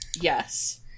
Yes